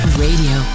radio